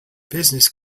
business